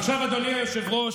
עכשיו, אדוני היושב-ראש,